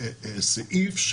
תוקן לאחרונה סעיף,